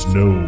no